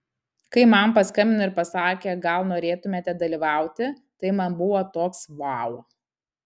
kai man paskambino ir pasakė gal norėtumėte dalyvauti tai man buvo toks vau